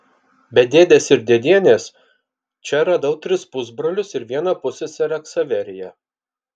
be dėdės ir dėdienės čia radau tris pusbrolius ir vieną pusseserę ksaveriją